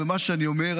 ומה שאני אומר,